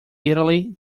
italy